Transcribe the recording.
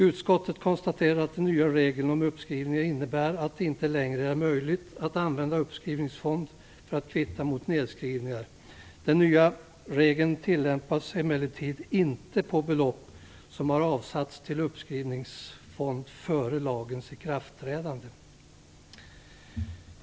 Utskottet konstaterar att de nya reglerna om uppskrivning innebär att det inte längre är möjligt att använda uppskrivningsfond för att kvitta mot nedskrivningar. Den nya regeln tillämpas emellertid inte på belopp som har avsatts till en uppskrivningsfond före lagens ikraftträdande.